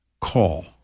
call